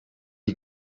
die